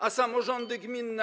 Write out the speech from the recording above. A samorządy gminne?